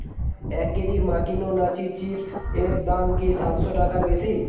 এক কেজি মাকিনো nacho chips এর দাম কি সাতশো টাকার বেশি